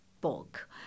book